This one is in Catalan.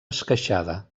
esqueixada